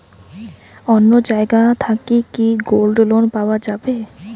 অন্য জায়গা থাকি কি গোল্ড লোন পাওয়া যাবে?